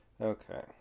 Okay